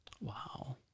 Wow